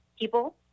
People